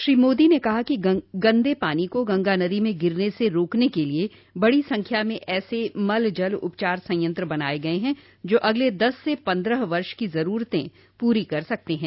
श्री मोदी ने कहा कि गंदे पानी को गंगा नदी में गिरने से रोकने के लिए बड़ी संख्या में ऐसे मल जल उपचार संयंत्र बनाए गए हैं जो अगले दस से पन्द्रह वर्ष की जरूरतें पूरी कर सकते है